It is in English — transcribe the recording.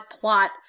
plot